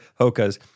hokas